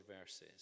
verses